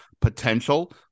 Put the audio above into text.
potential